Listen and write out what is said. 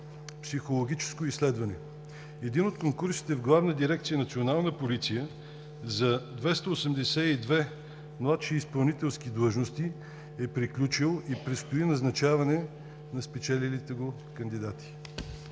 психологическо изследване. Един от конкурсите в Главна дирекция „Национална полиция“ за 282 младши изпълнителски длъжности е приключил и предстои назначаване на спечелилите го кандидати.